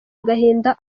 agahinda